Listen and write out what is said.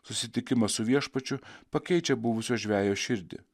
susitikimas su viešpačiu pakeičia buvusio žvejo širdį